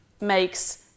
makes